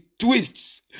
twists